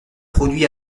produit